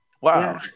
wow